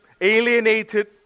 alienated